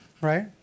right